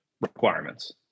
requirements